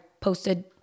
posted